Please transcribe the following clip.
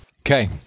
Okay